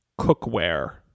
cookware